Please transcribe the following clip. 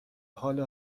حال